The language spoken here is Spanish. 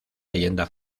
leyenda